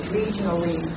regionally